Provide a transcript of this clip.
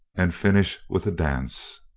and finish with a dance.